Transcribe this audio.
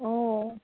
ও